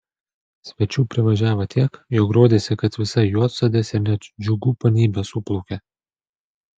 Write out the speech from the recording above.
svečių privažiavo tiek jog rodėsi kad visa juodsodės ir net džiugų ponybė suplaukė